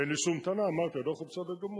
ואין לי שום טענה, אמרתי: הדוח הוא בסדר גמור.